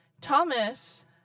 Thomas